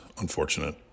unfortunate